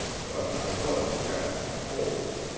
but i was wet and cold.